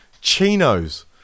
Chinos